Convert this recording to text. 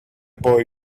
boy